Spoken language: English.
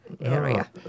area